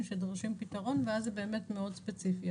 שדורשים פתרון ואז זה באמת מאוד ספציפי.